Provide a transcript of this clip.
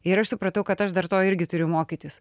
ir aš supratau kad aš dar to irgi turiu mokytis